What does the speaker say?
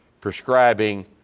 prescribing